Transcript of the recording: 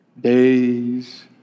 Days